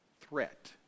threat